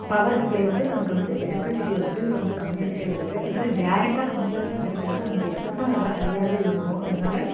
power supply வந்து நமக்கு வந்து எலக்ட்ரிசிட்டியோடய பில் வந்து கம்மியாக்கிட்டு வருது அதனால டேரெக்டாக சன்லேருந்து கிடைக்கிறப்போ நமக்கு எஃபெக்ட்டும் நல்லா ஹையாக இருக்கும் அதனால